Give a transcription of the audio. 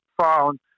found